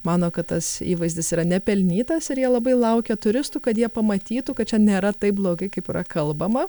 mano kad tas įvaizdis yra nepelnytas ir jie labai laukia turistų kad jie pamatytų kad čia nėra taip blogai kaip yra kalbama